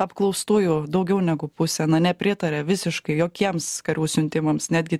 apklaustųjų daugiau negu pusė nepritaria visiškai jokiems karių siuntimams netgi